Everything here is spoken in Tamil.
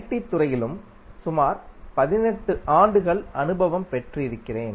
டி துறையிலும் சுமார் 18 ஆண்டுகள் அனுபவம் பெற்றிருக்கிறேன்